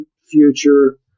future